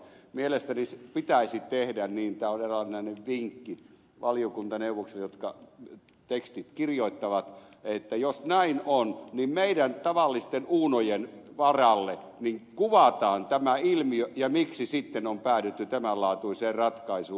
mielestäni pitäisi tehdä niin tämä on eräänlainen vinkki valiokuntaneuvoksille jotka tekstit kirjoittavat että jos näin on niin meidän tavallisten uunojen varalle kuvataan tämä ilmiö ja se miksi sitten on päädytty tämän laatuiseen ratkaisuun